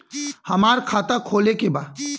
हमार खाता खोले के बा?